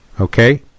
Okay